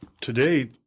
today